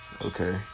Okay